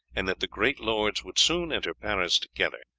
and that the great lords would soon enter paris together,